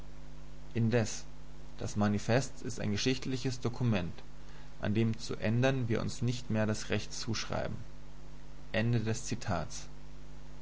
indes das manifest ist ein geschichtliches dokument an dem zu ändern wir uns nicht mehr das recht zuschreiben